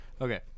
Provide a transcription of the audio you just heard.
Okay